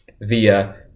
via